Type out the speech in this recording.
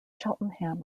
cheltenham